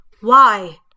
Why